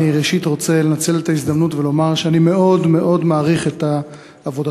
אני ראשית רוצה לנצל את ההזדמנות ולומר שאני מאוד מאוד מעריך את עבודתך,